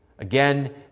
Again